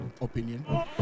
opinion